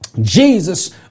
Jesus